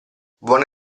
buone